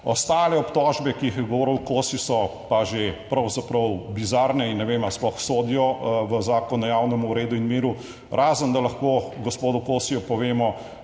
Ostale obtožbe, ki jih je govoril Kosi, so pa že pravzaprav bizarne in ne vem, ali sploh sodijo v Zakon o javnem redu in miru, razen da lahko gospodu Kosiju povemo,